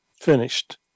finished